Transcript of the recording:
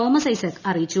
Thomas പ്രഐസക് അറിയിച്ചു